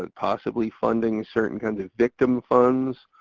and possibly funding certain kinds of victim funds.